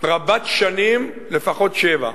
רבת שנים, לפחות שבע,